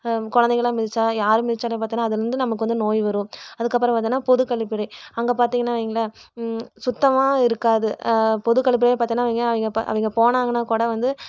குழந்தைங்கள்லாம் மிதிச்சால் யார் மிதிச்சாலும் பார்த்தனா அதிலருந்து நமக்கு வந்து நோய்வரும் அதுக்கப்புறம் பார்த்தனா பொதுக்கழிப்பறை அங்கே பார்த்திங்கனா வைங்களே சுத்தமாக இருக்காது பொதுக் கழிப்பறையை பார்த்தனாவைய அவங்க அவங்க போனாங்கனால் கூட வந்து